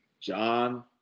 John